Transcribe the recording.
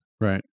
right